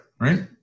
right